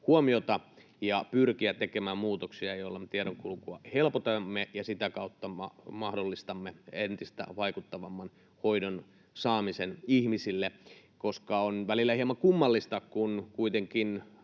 huomiota ja pyrkiä tekemään muutoksia, joilla me tiedonkulkua helpotamme ja sitä kautta mahdollistamme entistä vaikuttavamman hoidon saamisen ihmisille. On välillä hieman kummallista, että kun kuitenkin